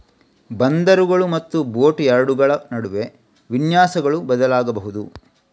ಬಂದರುಗಳು ಮತ್ತು ಬೋಟ್ ಯಾರ್ಡುಗಳ ನಡುವೆ ವಿನ್ಯಾಸಗಳು ಬದಲಾಗಬಹುದು